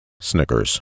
Snickers